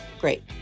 great